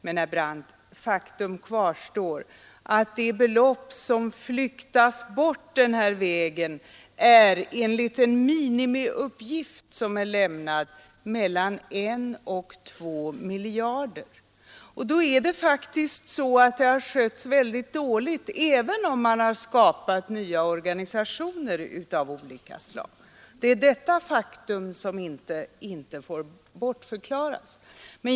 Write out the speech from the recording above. Men, herr Brandt, faktum kvarstår att de belopp som flyktas bort den här vägen enligt en minimiuppgift som är lämnad uppgår till mellan en och två miljarder kronor. Då är det faktiskt så att detta har skötts mycket dåligt, även om man har skapat nya organisationer av olika slag. Det är detta faktum som inte kan bortförklaras.